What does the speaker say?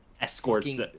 escorts